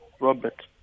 Robert